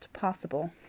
possible